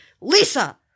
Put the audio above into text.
Lisa